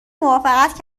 موافقت